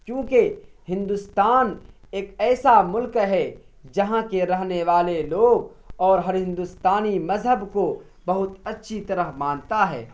کیونکہ ہندوستان ایک ایسا ملک ہے جہاں کے رہنے والے لوگ اور ہر ہندوستانی مذہب کو بہت اچھی طرح مانتا ہے